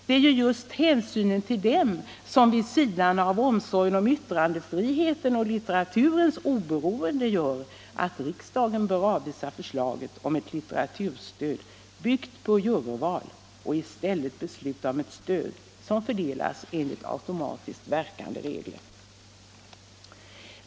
Det är ju just hänsynen till dem som — vid sidan av omsorgen om yttrandefriheten och litteraturens oberoende — gör att riksdagen bör avvisa förslaget om ett litteraturstöd byggt på juryval och i stället besluta om ett stöd som fördelas enligt automatiskt verkande regler.